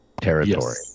territory